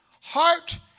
heart